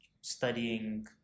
studying